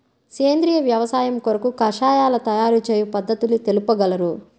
సేంద్రియ వ్యవసాయము కొరకు కషాయాల తయారు చేయు పద్ధతులు తెలుపగలరు?